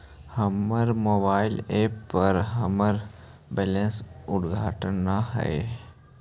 हमर mobile app पर हमर बैलेंस अद्यतन ना हई